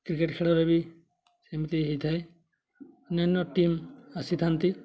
cricket ଖେଳରେ ବି ସେମିତି ହୋଇଥାଏ ଅନ୍ୟାନ୍ୟ ଟିମ୍ ଆସିଥାନ୍ତି